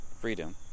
freedom